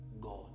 God